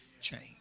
change